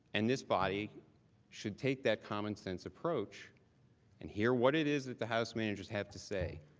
and this body should take that common sense approach and hear what it is that the house managers have to say.